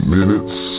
Minutes